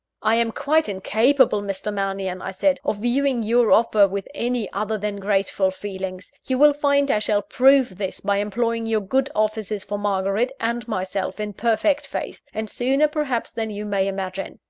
i am quite incapable, mr. mannion, i said, of viewing your offer with any other than grateful feelings. you will find i shall prove this by employing your good offices for margaret and myself in perfect faith, and sooner perhaps than you may imagine.